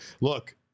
look